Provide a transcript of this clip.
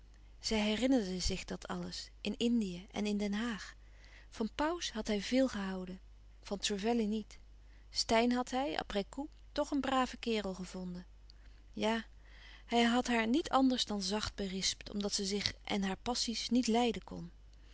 zij herinnerde zich dat alles in indië en in den haag van pauws had hij veel gehouden van trevelley niet steyn had hij après coup toch een brave kerel gevonden ja hij had haar niet anders dan zacht berispt omdat ze zich en haar passies niet leiden kon